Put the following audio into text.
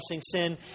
sin